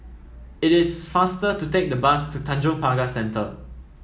it is faster to take the bus to Tanjong Pagar Centre